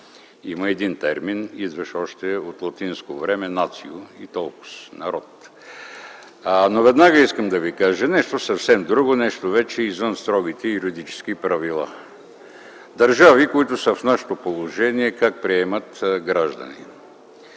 Има един термин, излизащ още от латинско време „нацио” – и толкоз. Народ! Веднага искам да ви кажа нещо съвсем друго, нещо вече извън строгите юридически правила, за това как държави, които са в нашето положение, приемат граждани.